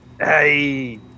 Hey